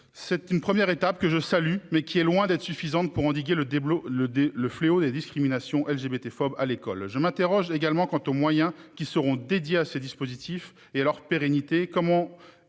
C'est une première étape, que je salue, mais qui est loin d'être suffisante pour endiguer le débat le dès le fléau des discriminations LGBT fort à l'école. Je m'interroge également quant aux moyens qui seront dédiés à ces dispositifs et leur pérennité.